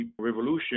revolution